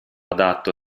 adatto